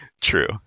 True